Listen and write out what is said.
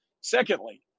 secondly